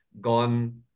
gone